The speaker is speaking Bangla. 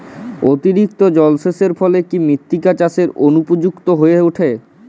অতিরিক্ত জলসেচের ফলে কি মৃত্তিকা চাষের অনুপযুক্ত হয়ে ওঠে?